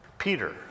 Peter